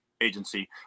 agency